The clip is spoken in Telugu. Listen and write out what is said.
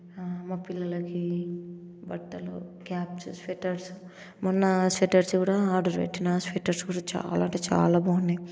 మా పిల్లలకి బట్టలు క్యాప్స్ స్వేటర్స్ మొన్న స్వేటర్స్ కూడా ఆర్డర్ పెట్టిన స్వేటర్స్ కూడా చాలా అంటే చాలా బాగున్నాయి